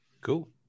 Cool